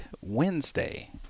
Wednesday